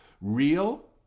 real